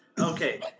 Okay